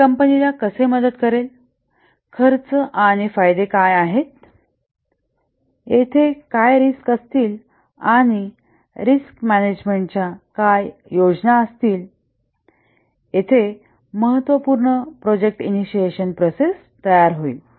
हे कंपनीला कसे मदत करेल खर्च आणि फायदे काय आहेत येथे काय रिस्क असतील आणि रिस्क मॅनेजमेंट च्या काय योजना असतील येथे महत्त्वपूर्ण प्रोजेक्ट इनिशिएशन प्रोसेस तयार होईल